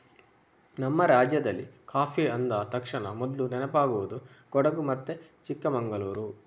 ನಮ್ಮ ರಾಜ್ಯದಲ್ಲಿ ಕಾಫಿ ಅಂದ ತಕ್ಷಣ ಮೊದ್ಲು ನೆನಪಾಗುದು ಕೊಡಗು ಮತ್ತೆ ಚಿಕ್ಕಮಂಗಳೂರು